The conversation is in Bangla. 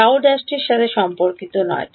Γ ′এর সাথে সম্পর্কিত নয়